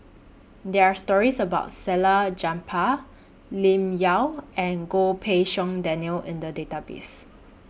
There Are stories about Salleh Japar Lim Yau and Goh Pei Siong Daniel in The Database